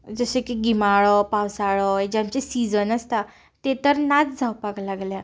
जशें की गिमाळो पावसाळो जशे सिझन आसता ते तर नाच जावपाक लागल्यात